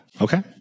Okay